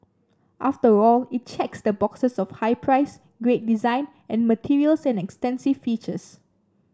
after all it checks the boxes of high price great design and materials and extensive features